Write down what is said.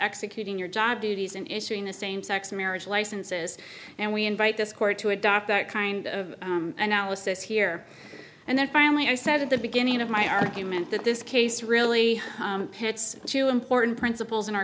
executing your job duties and issuing a same sex marriage licenses and we invite this court to adopt that kind of analysis here and then finally i said at the beginning of my argument that this case really pits two important principles in our